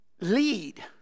lead